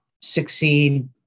succeed